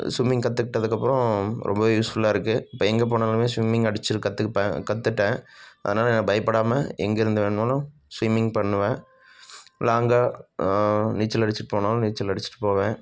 swimming கற்றுக்கிட்டதுக்கப்புறம் ரொம்பவே யூஸ்ஃபுல்லாக இருக்குது இப்போ எங்கே போனாலுமே ஸ்விம்மிங் அடித்து கற்றுப்பேன் கற்றுட்டேன் அதனால் பயப்படாமல் எங்கிருந்து வேணுனாலும் ஸ்விம்மிங் பண்ணுவேன் லாங்காக நீச்சல் அடிச்சுட்டுப் போனாலும் நீச்சல் அடிச்சுட்டுப் போவேன்